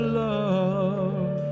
love